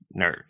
Nerd